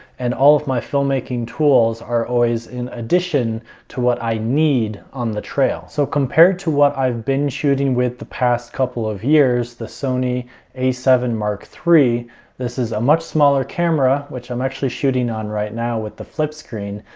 and all of my filmmaking tools are always in addition to what i need on the trail. so compared to what i've been shooting with the past couple of years, the sony a seven iii, this is a much smaller camera, which i'm actually shooting on right now with the flip screen.